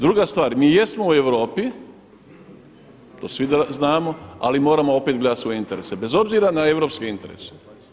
Druga stvar, mi jesmo u Europi, to svi znamo ali moramo opet gledati svoje interese bez obzira na europske interese.